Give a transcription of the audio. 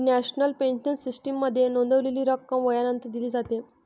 national pension सिस्टीममध्ये नोंदवलेली रक्कम वयानंतर दिली जाते